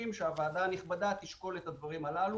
שהוועדה הנכבדה תשקול את הדברים האלה.